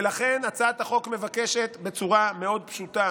ולכן הצעת החוק מבקשת בצורה מאוד פשוטה